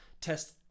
test